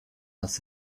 das